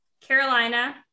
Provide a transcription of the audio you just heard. Carolina